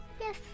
Yes